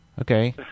Okay